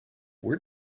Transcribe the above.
where